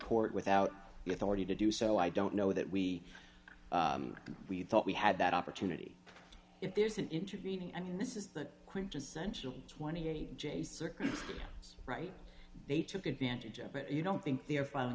court without with already to do so i don't know that we we thought we had that opportunity if there's an intervening i mean this is the quintessential twenty eight j circuit right they took advantage of but you don't think they're filing